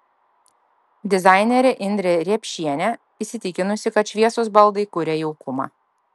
dizainerė indrė riepšienė įsitikinusi kad šviesūs baldai kuria jaukumą